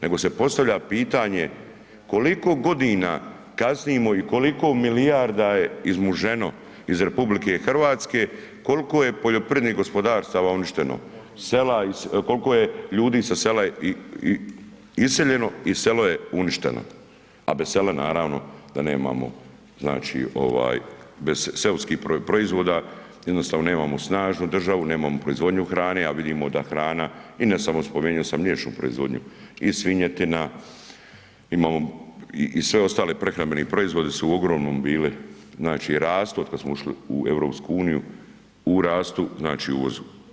Nego se postavlja pitanje koliko godina kasnimo i koliko milijarda je izmuženo iz RH, koliko je poljoprivrednih gospodarstava uništeno sela, koliko je ljudi sa sela iseljeno i selo je uništeno, a bez sela naravno da nemamo znači ovaj bez seoskih proizvoda jednostavno nemamo snažnu državu, nemamo proizvodnju hrane, a vidimo da hrana i ne samo, spominjo sam mliječnu proizvodnju i svinjetina i sve ostale prehrambeni proizvodi su u ogromnom bili znači rastu od kad smo ušli u EU, u rastu znači uvozu.